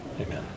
amen